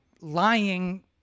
lying